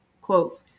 quote